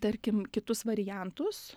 tarkim kitus variantus